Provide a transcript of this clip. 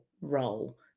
role